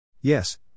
Yes